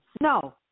no